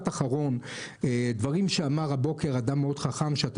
בדברים שאמר הבוקר אדם מאוד חכם שאתה,